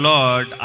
Lord